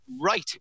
right